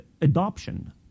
adoption